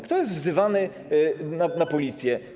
Kto jest wzywany na Policję?